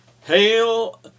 Hail